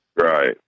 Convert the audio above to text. Right